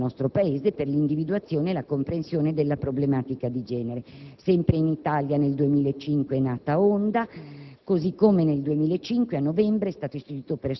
ha aperto un invito alle donne a partecipare ai programmi di ricerca e oggi esiste un settore della ricerca europea con un *focus* sulle donne. Nel 1999